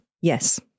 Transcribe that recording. Yes